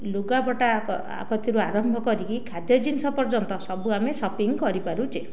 ଲୁଗାପଟା କତିରୁ ଆରମ୍ଭ କରିକି ଖାଦ୍ୟ ଜିନିଷ ପର୍ଯ୍ୟନ୍ତ ସବୁ ଆମେ ସପିଙ୍ଗ କରିପାରୁଛେ